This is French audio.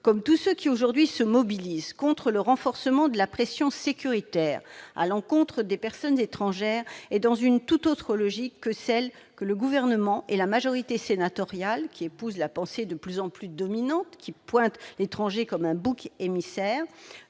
comme tous ceux qui se mobilisent aujourd'hui contre le renforcement de la pression sécuritaire à l'encontre des étrangers, est dans une tout autre logique que celle du Gouvernement et de la majorité sénatoriale. Ceux-ci épousent la pensée de plus en plus dominante, qui désigne l'étranger comme un bouc émissaire.